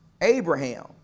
Abraham